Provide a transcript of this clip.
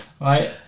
right